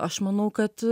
aš manau kad